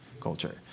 culture